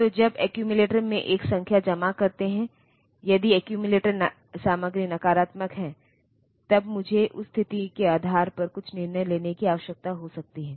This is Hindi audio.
तो जब एक्यूमुलेटर में एक संख्या जमा करते हैं यदि एक्यूमुलेटर सामग्री नकारात्मक है तब मुझे उस स्थिति के आधार पर कुछ निर्णय लेने की आवश्यकता हो सकती है